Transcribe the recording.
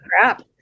crap